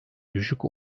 düşük